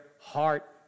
heart